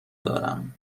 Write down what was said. دارم